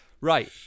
Right